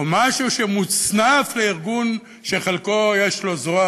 או משהו שמסונף לארגון שלחלקו יש זרוע